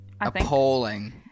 Appalling